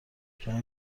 کمی